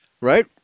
Right